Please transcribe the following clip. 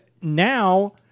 now